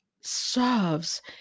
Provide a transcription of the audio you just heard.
serves